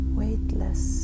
weightless